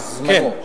בזמנו.